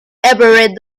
everett